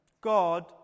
God